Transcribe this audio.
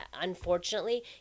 unfortunately